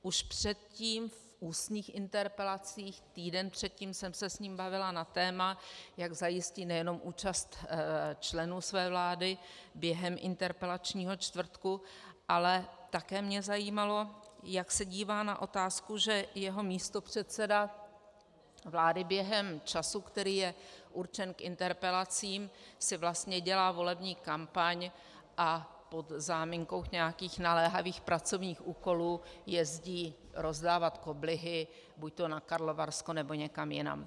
Už předtím v ústních interpelacích, týden předtím, jsem se s ním bavila na téma, jak zajistí nejen účast členů své vlády během interpelačního čtvrtku, ale také mě zajímalo, jak se dívá na otázku, že jeho místopředseda vlády během času, který je určen k interpelacím, si vlastně dělá volební kampaň a pod záminkou nějakých naléhavých pracovních úkolů jezdí rozdávat koblihy buďto na Karlovarsko, nebo někam jinam.